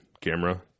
camera